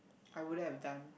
I wouldn't have done